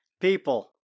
people